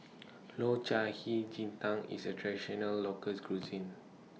Low Cai Hei Ji Tang IS A Traditional locals Cuisine